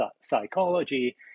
psychology